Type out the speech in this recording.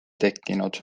tekkinud